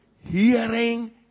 hearing